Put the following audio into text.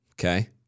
Okay